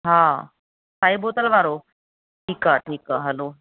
हा साई बोतल वारो ठीक आहे ठीक आहे हलो